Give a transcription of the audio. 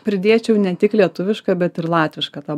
pridėčiau ne tik lietuvišką bet ir latvišką tą